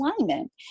alignment